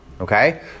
Okay